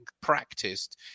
practiced